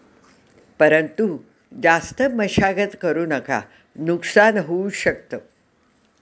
परंतु जास्त मशागत करु नका नुकसान होऊ शकत